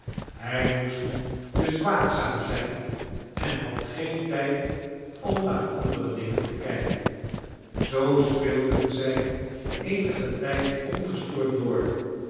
hij moest dus waakzaam zijn eh had geen tijd om naar andere dingen te kijkem zoo speelden zij eenigen tijd ongestoord door